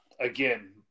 again